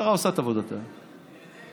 המשטרה עושה את עבודתה, חוקרת,